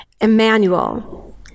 Emmanuel